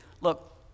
look